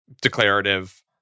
declarative